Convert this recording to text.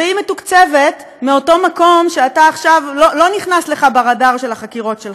והיא מתוקצבת מאותו מקום שעכשיו לא נכנס לך ברדאר של החקירות שלך.